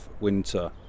winter